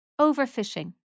Overfishing